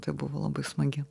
tai buvo labai smagi